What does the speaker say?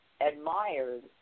admired